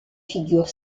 figures